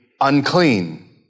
unclean